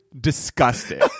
disgusting